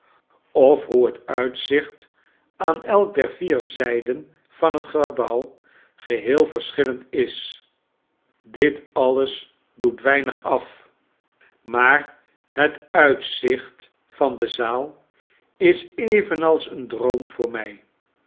of hoe het uitzicht aan elk der vier zijden van het gebouw geheel verschillend is dit alles doet weinig af maar het uitzicht van de zaal is evenals een droom voor mi